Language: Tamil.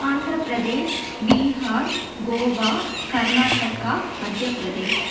ஆந்திரப்பிரதேஷ் பீகார் கோவா கர்நாடகா மத்தியப்பிரதேஷ்